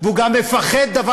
הוא מפחד להילחם בטרור.